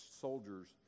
soldiers